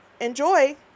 Enjoy